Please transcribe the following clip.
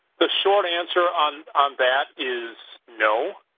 the short answer on on that is no.